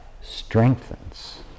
strengthens